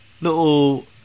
little